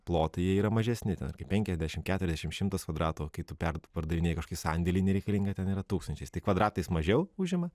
plotai jie yra mažesni kaip penkiasdešimt keturiasdešimt šimtas kvadratų kai tu per pardavinėji kažkokį sandėlį nereikalingą ten yra tūkstančiais tai kvadratais mažiau užima